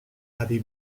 adi